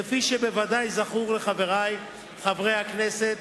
כפי שבוודאי זכור לחברי חברי הכנסת,